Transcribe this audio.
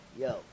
Yo